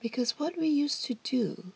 because what we used to do